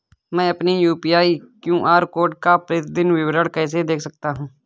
मैं अपनी UPI QR code का प्रतीदीन विवरण कैसे देख सकता हूँ?